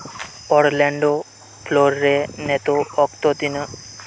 Orlando ᱯᱷᱳᱞᱳᱨ ᱨᱮ ᱱᱤᱛᱚᱜ ᱚᱠᱛᱚ ᱛᱤᱱᱟᱹᱜ